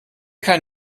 kann